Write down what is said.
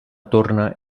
torna